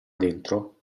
dentro